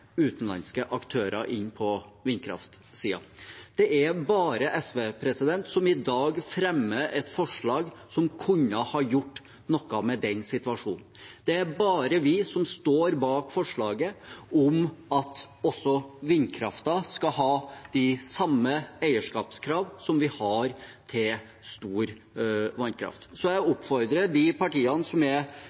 utenlandske aktører inne på vindkraftsiden. Det er bare SV som i dag fremmer et forslag som kunne ha gjort noe med den situasjonen. Det er bare vi som står bak forslaget om at vindkraften skal ha de samme eierskapskravene som vi har til stor vannkraft. Jeg oppfordrer de partiene som er